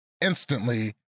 instantly